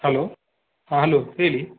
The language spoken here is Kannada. ಹಲೋ ಹಾಂ ಅಲೋ ಹೇಳಿ